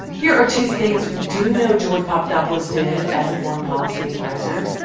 here are two things we do know george papadopoulos did as a foreign policy adviser.